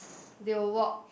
they will walk